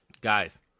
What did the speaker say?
Guys